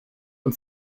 und